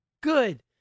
good